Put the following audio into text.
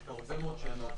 יש פה הרבה מאוד שאלות.